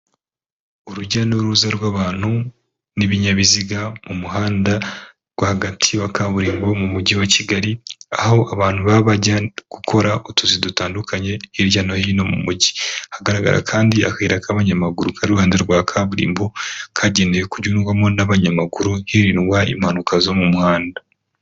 Urujya n'uruza rw'abantu n'ibinyabiziga mu muhanda rwagati wa kaburimbo mu Mujyi wa Kigali, aho abantu baba bajya gukora utuzi dutandukanye hirya no hino mu mujyi, hagaragara kandi akayira k'abanyamaguru kari iruhande rwa kaburimbo kagenewe kunyurwamo n'abanyamaguru hirindwa impanuka zo mu muhanda.